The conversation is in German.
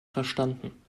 verstanden